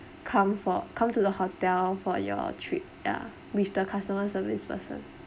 come for come to the hotel for your trip yeah with the customer service person